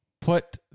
put